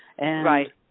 Right